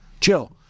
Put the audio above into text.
Chill